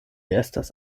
estas